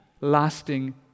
lasting